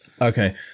Okay